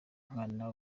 nkana